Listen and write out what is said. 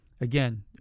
Again